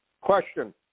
question